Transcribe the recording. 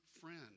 friend